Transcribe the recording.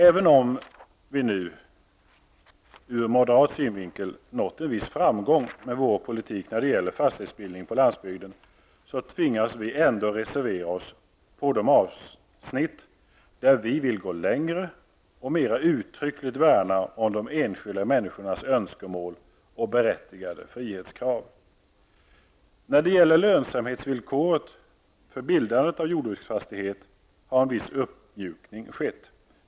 Även om vi ur moderat synvinkel nått viss framgång med vår politik när det gäller fastighetsbildning på landsbygden, tvingas vi reservera oss på de avsnitt där vi vill gå längre och mera uttryckligt värna om de enskilda människornas önskemål och berättigade frihetskrav. När det gäller lönsamhetsvillkoret för bildande av jordbruksfastighet har en viss uppmjukning skett.